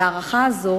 וההארכה הזאת